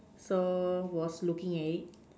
so was looking at it